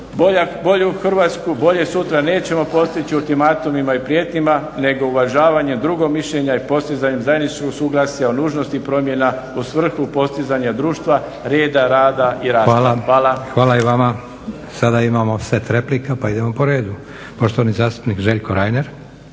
bolje sutra nećemo postići ultimatumima i prijetnjama nego uvažavanjem drugog mišljenja i postizanjem zajedničkog suglasja o nužnosti promjena u svrhu postizanja društva, reda, rada i rasta. Hvala. **Leko, Josip (SDP)** Hvala i vama. Sada imamo set replika pa idemo po redu. Poštovani zastupnik Željko Reiner,